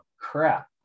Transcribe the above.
Crap